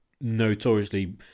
notoriously